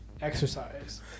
exercise